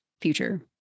future